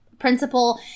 principal